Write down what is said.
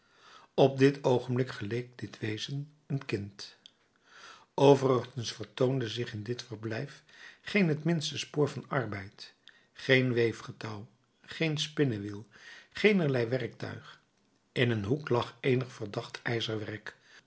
op dit oogenblik geleek dit wezen een kind overigens vertoonde zich in dit verblijf geen het minste spoor van arbeid geen weefgetouw geen spinnewiel geenerlei werktuig in een hoek lag eenig verdacht ijzerwerk